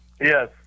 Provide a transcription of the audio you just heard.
Yes